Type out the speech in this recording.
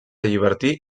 llibertí